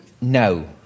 No